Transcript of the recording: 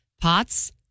pots